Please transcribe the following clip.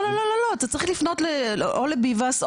לביבס,